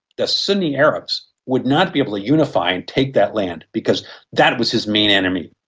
the sunni arabs would not be able to unify and take that land, because that was his main enemy.